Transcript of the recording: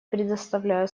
предоставляю